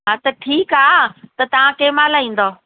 हा त ठीकु आहे त तव्हां कंहिं महिल ईंदव